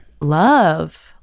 Love